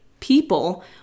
people